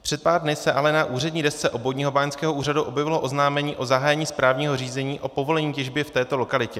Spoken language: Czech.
Před pár dny se ale na úřední desce Obvodního báňského úřadu objevilo oznámení o zahájení správního řízení o povolení těžby v této lokalitě.